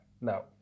No